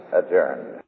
adjourned